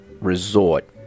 resort